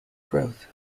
growth